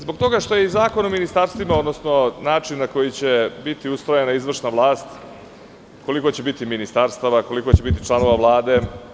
Zbog toga što je i Zakon o ministarstvima, odnosno način na koji će biti ustrojena izvršna vlast, koliko će biti ministarstava, koliko će biti članova Vlade.